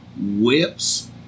whips